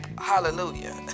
Hallelujah